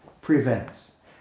prevents